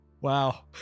Wow